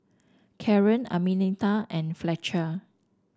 Karen Arminta and Fletcher